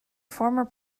former